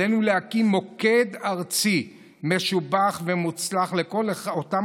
עלינו להקים מוקד ארצי משובח ומוצלח לכל אותן